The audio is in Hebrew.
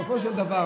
בסופו של דבר,